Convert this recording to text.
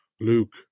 Luke